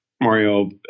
Mario